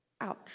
Ouch